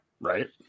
Right